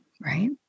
right